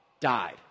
died